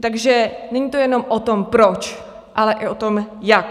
Takže není to jenom o tom proč, ale i o tom jak.